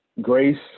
grace